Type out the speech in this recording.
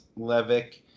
Levick